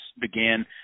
began